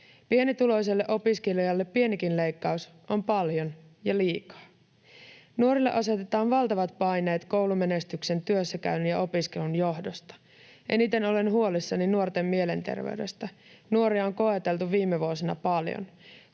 Pienituloiselle opiskelijalle pienikin leikkaus on paljon ja liikaa. Nuorille asetetaan valtavat paineet koulumenestyksen, työssäkäynnin ja opiskelun johdosta. Eniten olen huolissani nuorten mielenterveydestä. Nuoria on koeteltu viime vuosina paljon.